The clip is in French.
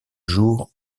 jour